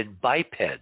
biped